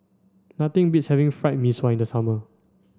nothing beats having Fried Mee Sua in the summer